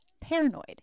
paranoid